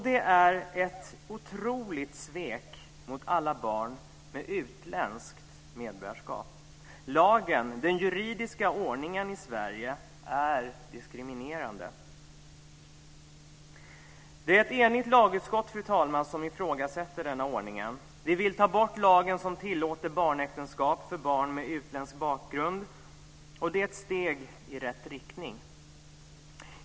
Det är ett otroligt svek mot alla barn med utländskt medborgarskap. Lagen, den juridiska ordningen i Sverige, är diskriminerande. Det är ett enigt lagutskott, fru talman, som ifrågasätter denna ordning. Vi vill ta bort lagen som tillåter barnäktenskap för barn med utländsk bakgrund. Det är ett steg i rätt riktning.